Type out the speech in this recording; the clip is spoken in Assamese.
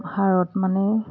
হাৰত মানে